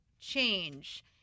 change